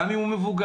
גם אם הוא מבוגר,